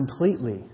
completely